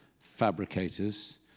fabricators